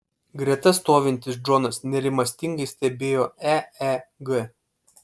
greta stovintis džonas nerimastingai stebėjo eeg